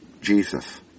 Jesus